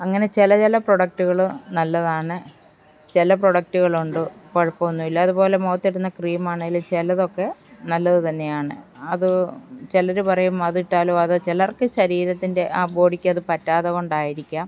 അങ്ങനെ ചില ചില പ്രൊഡക്റ്റുകള് നല്ലതാണ് ചില പ്രൊഡക്റ്റുകളുണ്ട് കുഴപ്പമൊന്നും ഇല്ല അതുപോലെ മുഖത്തിടുന്ന ക്രീമാണേലും ചിലതൊക്കെ നല്ലത് തന്നെയാണ് അത് ചിലരു പറയും അതിട്ടാലും അത് ചിലർക്ക് ശരീരത്തിൻ്റെ ആ ബോഡിക്കത് പറ്റാതെ കൊണ്ടായിരിക്കാം